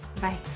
Bye